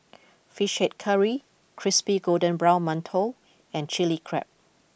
Fish Head Curry Crispy Golden Brown Mantou and Chili Crab